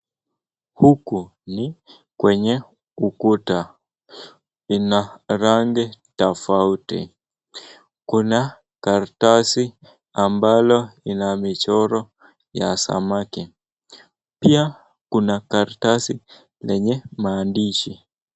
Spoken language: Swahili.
Huku ni kwenye ukuta, ina rangi tofauti. Kuna karatasi ambalo lina michoro ya samaki, pia kuna karatasi yenye maandishi.